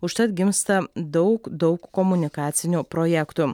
užtat gimsta daug daug komunikacinių projektų